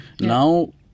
Now